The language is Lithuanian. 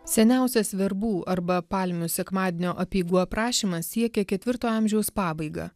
seniausias verbų arba palmių sekmadienio apeigų aprašymas siekia ketvirto amžiaus pabaigą